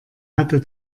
hatte